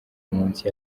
munsi